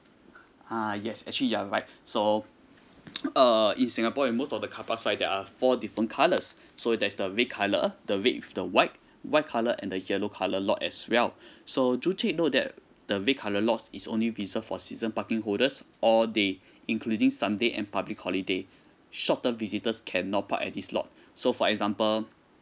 ah yes actually you're right so uh in singapore and most of the carpark right there are four different colours so that's the red colour the red with the white white colour and the yellow colour lot as well so do take note that the red colour lot is only reserve for season parking holders all day including sunday and public holiday short term visitors cannot park at this lot so for example